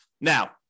Now